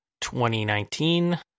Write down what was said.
2019